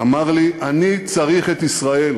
הוא אמר לי: אני צריך את ישראל,